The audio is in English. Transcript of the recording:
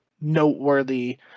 noteworthy